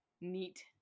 neat